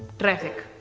traffic.